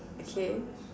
okay